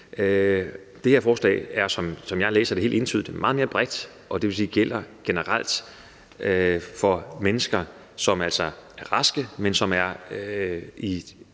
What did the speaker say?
Det her forslag er, som jeg læser det, helt entydigt meget mere bredt, og det vil sige, at det gælder generelt for mennesker, som altså er raske, men som er i